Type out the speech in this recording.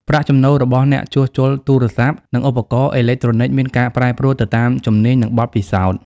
ប្រាក់ចំណូលរបស់អ្នកជួសជុលទូរស័ព្ទ និងឧបករណ៍អេឡិចត្រូនិចមានការប្រែប្រួលទៅតាមជំនាញ បទពិសោធន៍។